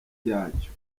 yacyo